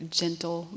gentle